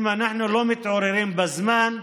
אם אנחנו לא מתעוררים בזמן,